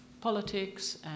politics